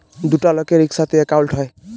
দুটা লকের ইকসাথে একাউল্ট হ্যয়